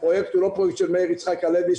הפרויקט הוא לא פרויקט של מאיר יצחק הלוי,